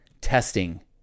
testing